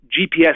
GPS